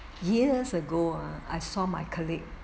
years ago ah I saw my colleague